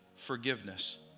forgiveness